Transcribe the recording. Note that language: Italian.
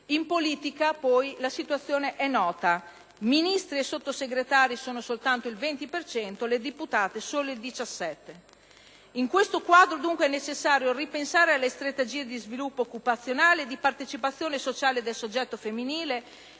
In politica, poi, la situazione è nota: donne Ministri e Sottosegretari sono soltanto il 20 per cento, le deputate solo il 17 per cento. In questo quadro è dunque necessario ripensare le strategie di sviluppo occupazionale e di partecipazione sociale del soggetto femminile,